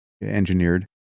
engineered